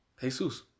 Jesus